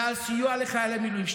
ועל סיוע לחיילי מילואים.